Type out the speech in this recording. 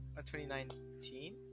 2019